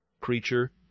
Creature